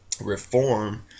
reform